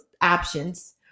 options